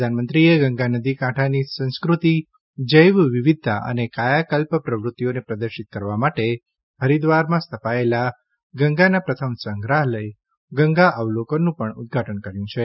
પ્રધાનમંત્રીએ ગંગા નદી કાંઠાની સંસ્કૃતિ જૈવવિવિધતા અને કાયાકલ્પ પ્રવૃત્તિઓને પ્રદર્શિત કરવા માટે હરિદ્વારમાં સ્થપાયેલા ગંગાના પ્રથમ સંગ્રહાલય ગંગા અવલોકન નું પણ ઉદ્વાટન કર્યું છે